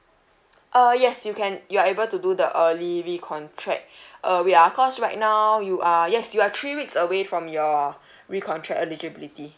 uh yes you can uh you are able to do the early recontract uh wait ah cause right now you are yes you are three weeks away from your recontract eligibility